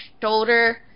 shoulder